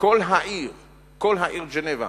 וכל העיר ז'נבה